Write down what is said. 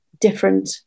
Different